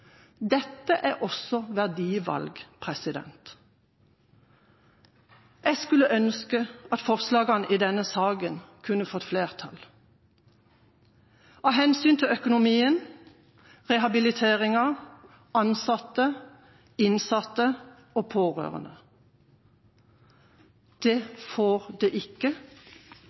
Dette er også verdivalg. Jeg skulle ønske at forslagene i denne saken kunne fått flertall, av hensyn til økonomien, rehabiliteringa, ansatte, innsatte og pårørende. Det